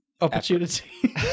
opportunity